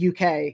UK